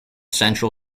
central